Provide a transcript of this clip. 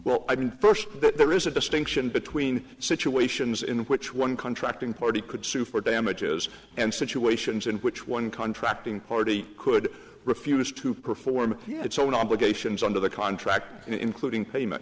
that there is a distinction between situations in which one contracting party could sue for damages and situations in which one contracting party could refuse to perform yet its own obligations under the contract including payment